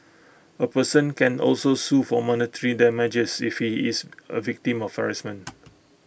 A person can also sue for monetary damages if he is A victim of harassment